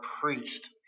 Priest